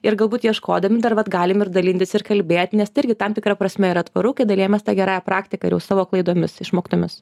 ir galbūt ieškodami dar vat galim ir dalintis ir kalbėt nes tai irgi tam tikra prasme yra tvaru kai dalijamės ta gerąja praktika ir jau savo klaidomis išmoktomis